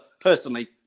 personally